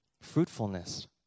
fruitfulness